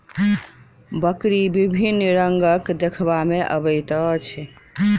बकरी विभिन्न रंगक देखबा मे अबैत अछि